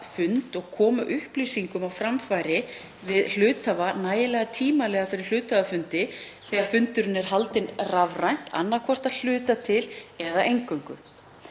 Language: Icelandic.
fund og koma upplýsingum á framfæri við hluthafa nægilega tímanlega fyrir hluthafafundi þegar fundurinn er haldinn rafrænt, annaðhvort að hluta til eða eingöngu.